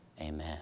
Amen